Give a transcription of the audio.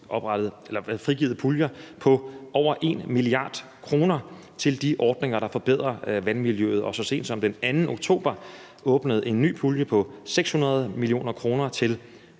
frigivet puljer på over 1 mia. kr. til de ordninger, der forbedrer vandmiljøet, og har så sent som den 2. oktober åbnet en ny pulje på 600 mio. kr. til